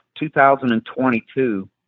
2022